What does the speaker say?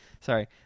Sorry